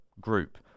group